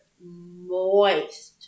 moist